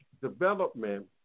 development